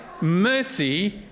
Mercy